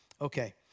Okay